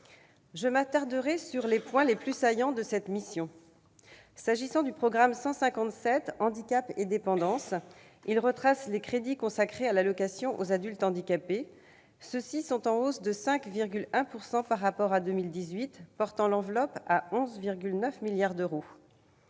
Je m'attarderai sur les points les plus saillants de cette mission. Le programme 157, « Handicap et dépendance », regroupe les crédits consacrés à l'allocation aux adultes handicapés. Ceux-ci sont en hausse de 5,1 % par rapport à 2018, portant l'enveloppe à 11,9 milliards d'euros.